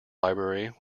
library